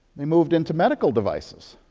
they moved into medical devices.